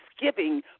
thanksgiving